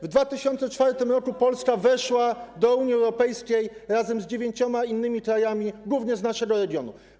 W 2004 r. Polska weszła do Unii Europejskiej razem z dziewięcioma innymi krajami, głównie z naszego regionu.